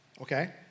Okay